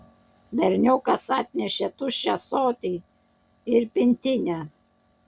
berniukas atnešė tuščią ąsotį ir pintinę